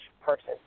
person